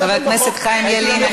הייתי יכול להעביר אותו.